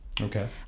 Okay